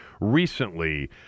recently